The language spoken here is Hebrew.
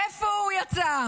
איפה הוא, יצא?